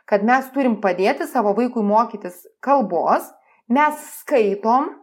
kad mes turim padėti savo vaikui mokytis kalbos mes skaitom